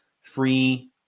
free